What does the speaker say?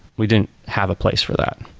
we didn't have a place for that,